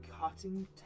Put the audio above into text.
cutting